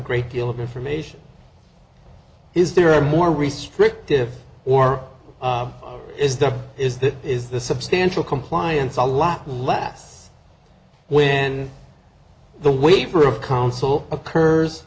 great deal of information is there a more restrictive or is that is that is the substantial compliance a lot less when the waiver of counsel occurs